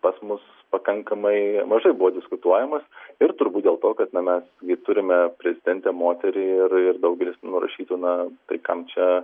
pas mus pakankamai mažai buvo diskutuojamas ir turbūt dėl to kad na mes turime prezidentę moterį ir ir daugelis nurašytų na tai kam čia